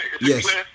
Yes